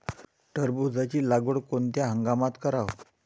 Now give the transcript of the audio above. टरबूजाची लागवड कोनत्या हंगामात कराव?